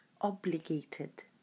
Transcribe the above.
obligated